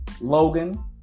Logan